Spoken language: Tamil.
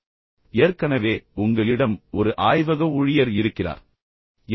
எனவே ஏன் ஒரு ஆய்வகம் மற்றும் ஏற்கனவே உங்களிடம் ஒரு ஆய்வக ஊழியர் இருக்கிறார் என்று அவர் மீண்டும் கூறினார்